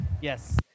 Yes